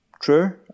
True